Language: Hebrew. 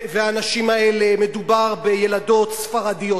האנשים האלה, מדובר בילדות ספרדיות.